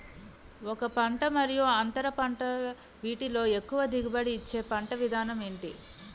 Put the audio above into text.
ఒక పంట మరియు అంతర పంట వీటిలో ఎక్కువ దిగుబడి ఇచ్చే పంట విధానం ఏంటి?